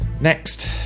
next